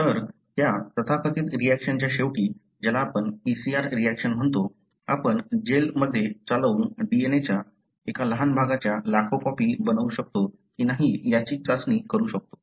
तर त्या तथाकथित रिऍक्शनच्या शेवटी ज्याला आपण PCR रिऍक्शन म्हणतो आपण जेल मध्ये चालवून DNA च्या एका लहान भागाच्या लाखो कॉपी बनवू शकतो की नाही याची चाचणी करू शकतो